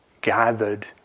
gathered